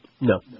No